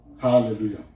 Hallelujah